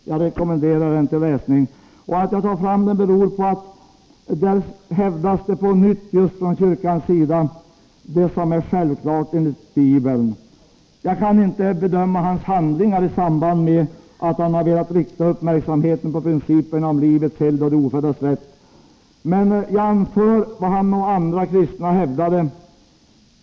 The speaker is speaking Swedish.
Jag rekommenderar den till läsning. Att jag tar fram den beror på att där hävdas på nytt just från kyrkans sida det som är självklart enligt Bibeln. Jag kan inte bedöma den norske prästens handlingar i samband med att han har velat rikta uppmärksamheten på principerna om livets helgd och de oföddas rätt, men jag vill anföra vad han och andra kristna hävdat.